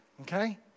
okay